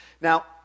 Now